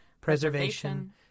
preservation